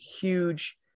huge